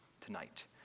tonight